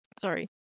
Sorry